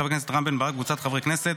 של חבר הכנסת רם בן ברק וקבוצת חברי הכנסת,